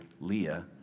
Leah